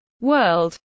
world